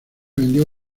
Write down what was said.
vendió